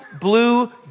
blue